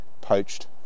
poached